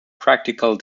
practical